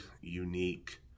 unique